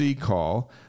call